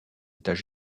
états